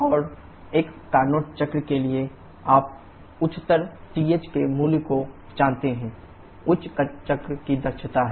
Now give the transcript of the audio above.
और एक Carnot चक्र के लिए आप उच्चतर TH के मूल्य को जानते हैं उच्च चक्र की दक्षता है